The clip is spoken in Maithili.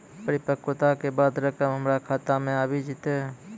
परिपक्वता के बाद रकम हमरा खाता मे आबी जेतै?